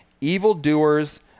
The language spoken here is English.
evildoers